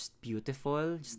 beautiful